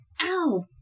Ow